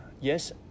yes